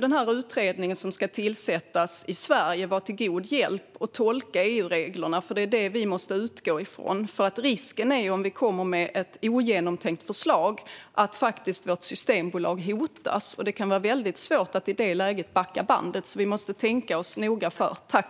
Den utredning som ska tillsättas i Sverige kommer att vara till god hjälp när det gäller att tolka EU-reglerna, för det är dem vi måste utgå ifrån. Risken om vi kommer med ett ogenomtänkt förslag är att vårt systembolag hotas. Det kan vara väldigt svårt att backa bandet i det läget, så vi måste tänka oss för noga.